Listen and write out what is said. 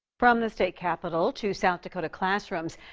from the state capitol to south dakota classrooms.